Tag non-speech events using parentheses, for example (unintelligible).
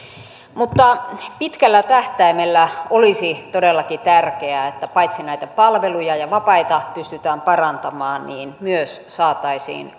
mutta pitkällä tähtäimellä olisi todellakin tärkeää että paitsi että näitä palveluja ja vapaita pystytään parantamaan myös saataisiin (unintelligible)